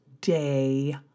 day